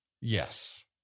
yes